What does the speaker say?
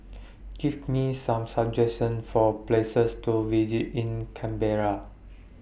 Give Me Some suggestions For Places to visit in Canberra